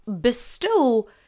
bestow